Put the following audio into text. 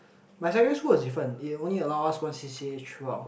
my secondary school was different it only allow us one c_c_a throughout